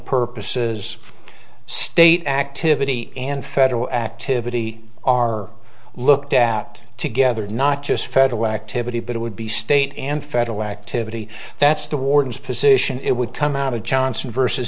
purposes state activity and federal activity are looked at together not just federal activity but it would be state and federal activity that's the warden's position it would come out of johnson versus